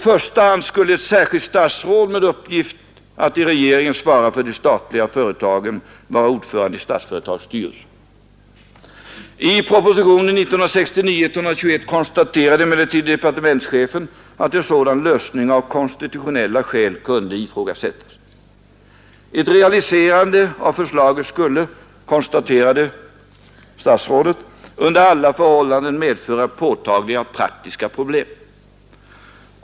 Jag har inte träffat honom mer än en gång, och han åberopar sammanträffandet, som skedde utanför Systembolagets butik på Surbrunnsgatan. Kanske känner mina godtemplarvänner en viss undran och ängslan inför brevet om det skulle bli publikt. Det var emellertid vid en förbipassage vi råkade träffas, och det var innan jag blev industriminister.